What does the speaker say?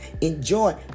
enjoy